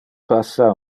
passa